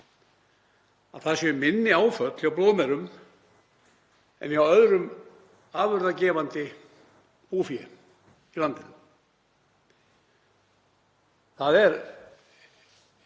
það séu minni afföll hjá blóðmerum en öðru afurðagefandi búfé í landinu. Það er